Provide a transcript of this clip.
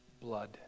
blood